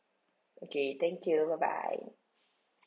okay thank you bye bye